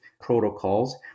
protocols